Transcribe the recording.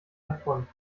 davon